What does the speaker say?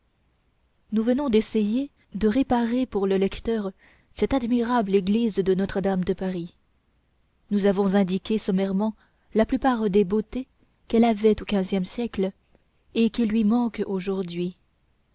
nous venons d'essayer de réparer pour le lecteur cette admirable église de notre-dame de paris nous avons indiqué sommairement la plupart des beautés qu'elle avait au quinzième siècle et qui lui manquent aujourd'hui